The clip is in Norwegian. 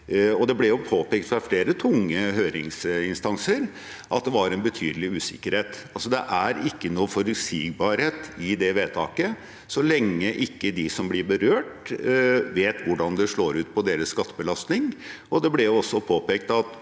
Det ble påpekt fra flere tunge høringsinstanser at det var en betydelig usikkerhet. Det er ingen forutsigbarhet i det vedtaket så lenge de som blir berørt, ikke vet hvordan det slår ut på de